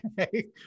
okay